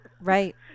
right